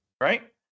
right